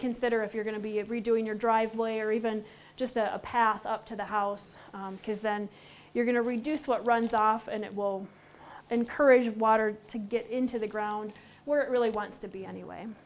consider if you're going to be redoing your driveway or even just a path up to the house because then you're going to reduce what runs off and it will encourage water to get into the ground where it really wants to be anyway